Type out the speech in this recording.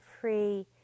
free